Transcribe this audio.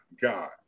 God